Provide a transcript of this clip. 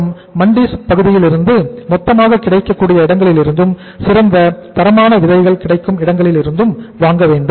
மற்றும் மண்டிஸ் பகுதியிலிருந்து மொத்தமாக கிடைக்கக்கூடிய இடங்களிலிருந்தும் சிறந்த தரமான விதைகள் கிடைக்கும் இடங்களிலிருந்தும் வாங்க வேண்டும்